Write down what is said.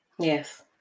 Yes